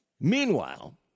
meanwhile